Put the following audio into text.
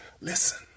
Listen